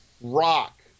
Rock